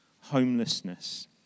homelessness